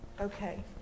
okay